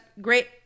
great